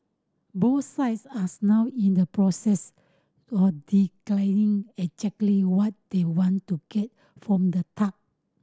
both sides as now in the process of declining exactly what they want to get from the talk